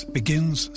begins